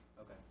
Okay